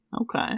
Okay